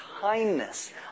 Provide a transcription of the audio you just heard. kindness